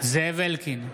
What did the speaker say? זאב אלקין,